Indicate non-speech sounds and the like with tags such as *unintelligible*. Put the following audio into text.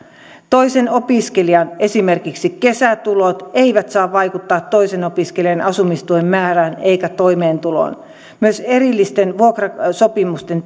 toisen opiskelijan esimerkiksi kesätulot eivät saa vaikuttaa toisen opiskelijan asumistuen määrään ja toimeentuloon myös erillisten vuokrasopimusten *unintelligible*